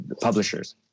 publishers